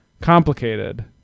complicated